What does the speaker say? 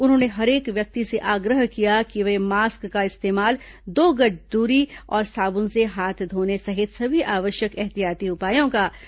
उन्होंने हरेक व्यक्ति से आग्रह किया कि वह मास्क का इस्तेमाल दो गज की दूरी और साबुन से हाथ धोने सहित सभी आवश्यक एहतियाती उपायों का पालन करें